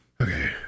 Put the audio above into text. Okay